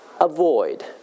Avoid